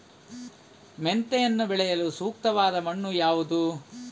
ಮೆಂತೆಯನ್ನು ಬೆಳೆಯಲು ಸೂಕ್ತವಾದ ಮಣ್ಣು ಯಾವುದು?